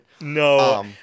No